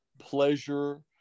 pleasure